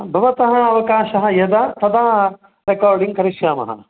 भवतः अवकाशः यदा तदा रेकोर्डिङ्ग् करिष्यामः